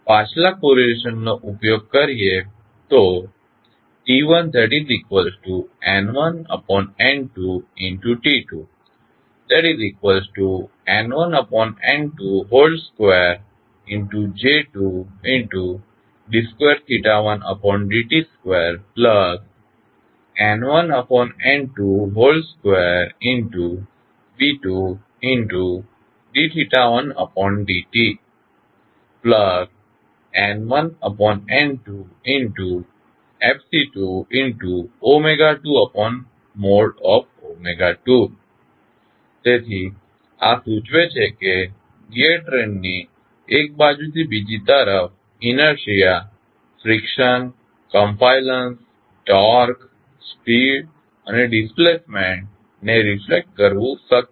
પાછલા કોરિલેશનનો ઉપયોગ કરીએ તો T1tN1N2T2tN1N22J2d 21d t 2N1N22B2d 1d tN1N2Fc222 તેથી આ સૂચવે છે કે ગિઅર ટ્રેનની એક બાજુથી બીજી તરફ inertia friction compliance torque speed અને ડિસ્પ્લેસમેન્ટ ને રિફ્લેક્ટ કરવું શક્ય છે